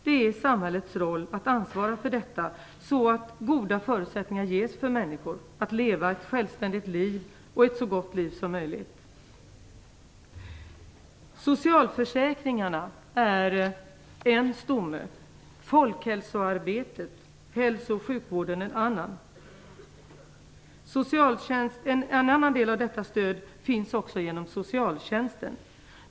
Det är samhällets roll att ansvara för detta, så att goda förutsättningar ges för människor att leva ett självständigt liv och ett så gott liv som möjligt. Socialförsäkringarna är en stomme, folkhälosarbetet, hälso och sjukvården en annan. En annan del av detta stöd finns också inom socialtjänsten.